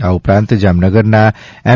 આ ઉપરાંત જામનગરના એમ